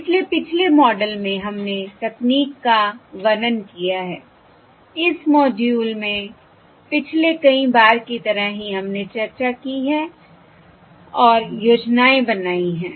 इसलिए पिछले मॉडल में हमने तकनीक का वर्णन किया है इस मॉड्यूल में पिछले कई बार की तरह ही हमने चर्चा की है और योजनाएं बनाई हैं